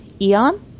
Eon